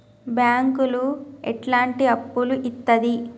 బ్యాంకులు ఎట్లాంటి అప్పులు ఇత్తది?